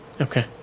Okay